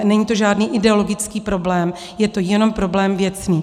Není to žádný ideologický problém, je to jenom problém věcný.